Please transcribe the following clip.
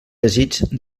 desig